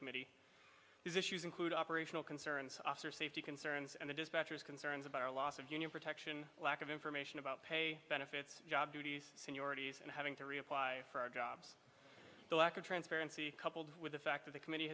committee these issues include operational concerns officer safety concerns and the dispatcher's concerns about our loss of union protection lack of information about pay benefits job duties seniority and having to reapply for our jobs the lack of transparency coupled with the fact that the committee